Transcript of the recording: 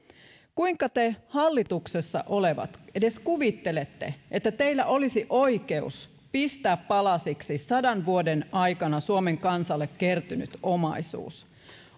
kuinka te hallituksessa olevat edes kuvittelette että teillä olisi oikeus pistää palasiksi sadan vuoden aikana suomen kansalle kertynyt omaisuus